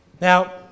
Now